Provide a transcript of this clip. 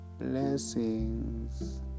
Blessings